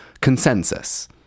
consensus